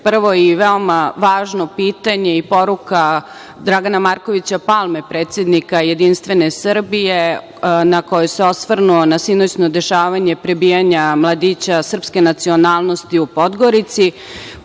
JS.Prvo i veoma važno pitanje i poruka Dragana Markovića Palme, predsednika JS, koji se osvrnuo na sinoćno dešavanje prebijanja mladića srpske nacionalnosti u Podgorici.